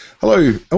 Hello